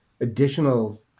additional